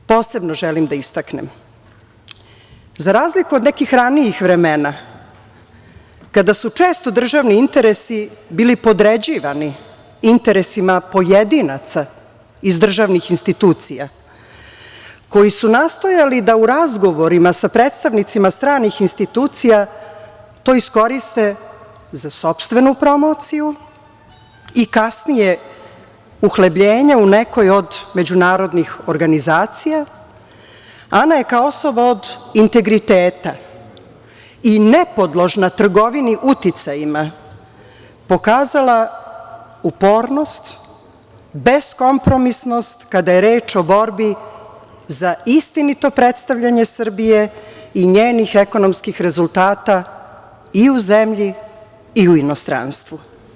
Posebno želim da istaknem, za razliku od nekih ranijih vremena, kada su često državni interesi bili podređivani interesima pojedinaca iz državnih institucija koji su nastojali da u razgovorima sa predstavnicima stranih institucija to iskoriste za sopstvenu promociju i kasnije uhlebljenja u nekoj od međunarodnih organizacija, Ana je kao osoba od integriteta i nepodložna trgovini uticajima pokazala upornost, beskompromisnost kada je reč o borbi za istinito predstavljanje Srbije i njenih ekonomskih rezultata i u zemlji i u inostranstvu.